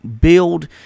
build